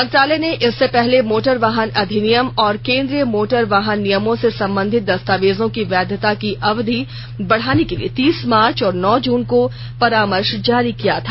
मंत्रालय ने इससे पहले मोटर वाहन अधिनियम और केन्द्रीय मोटर वाहन नियमों से सम्बंधित दस्तावेजों की वैधता की अवधि बढ़ाने के लिए तीस मार्च और नौ जून को परामर्श जारी किया था